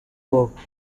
wowe